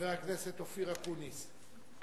חבר הכנסת אופיר אקוניס.